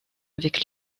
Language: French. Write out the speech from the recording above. avec